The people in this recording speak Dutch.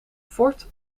ford